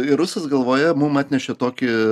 ir rusas galvoje mum atnešė tokį